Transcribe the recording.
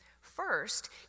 First